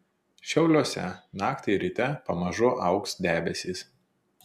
šiauliuose naktį ir ryte pamažu augs debesys